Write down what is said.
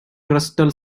crystal